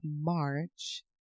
March